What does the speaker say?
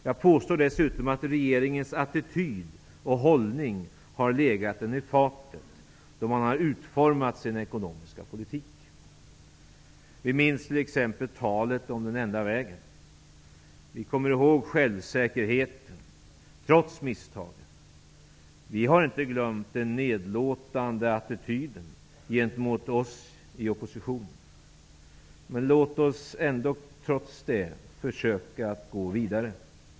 Jag påstår dessutom att regeringens attityd och hållning har legat den i fatet, då man har utformat den ekonomiska politiken. Vi minns t.ex. talet om den enda vägen. Vi kommer ihåg självsäkerhet, trots misstag. Vi har inte glömt den nedlåtande attityden gentemot oss i opposition. Men låt oss trots det försöka att gå vidare.